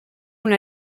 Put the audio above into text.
una